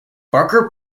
barker